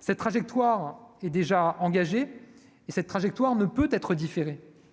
cette trajectoire est déjà engagée et cette trajectoire ne peut être différé